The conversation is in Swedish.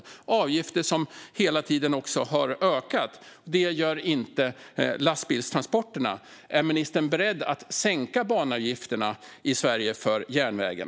Det är avgifter som hela tiden har ökat. Det gör inte lastbilstransporterna. Är ministern beredd att sänka banavgifterna i Sverige för järnvägen?